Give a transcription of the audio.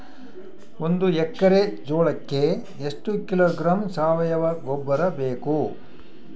ಒಂದು ಎಕ್ಕರೆ ಜೋಳಕ್ಕೆ ಎಷ್ಟು ಕಿಲೋಗ್ರಾಂ ಸಾವಯುವ ಗೊಬ್ಬರ ಬೇಕು?